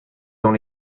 dans